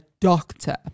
doctor